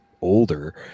older